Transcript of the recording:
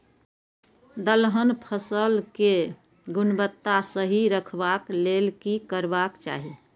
दलहन फसल केय गुणवत्ता सही रखवाक लेल की करबाक चाहि?